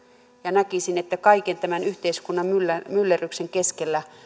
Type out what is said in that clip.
näkisin että kaiken tämän yhteiskunnan myllerryksen myllerryksen keskellä